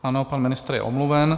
Ano, pan ministr je omluven.